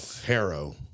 Harrow